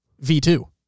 V2